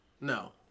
no